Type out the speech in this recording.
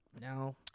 No